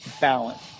balance